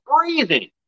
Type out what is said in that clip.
breathing